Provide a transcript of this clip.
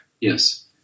Yes